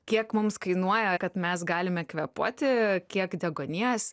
kiek mums kainuoja kad mes galime kvėpuoti kiek deguonies